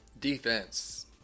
Defense